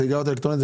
סיגריה אלקטרונית,